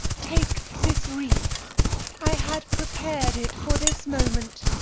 take this wreath i had prepared it for this moment.